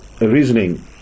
reasoning